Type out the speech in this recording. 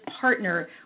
partner